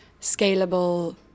scalable